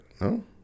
no